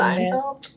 Seinfeld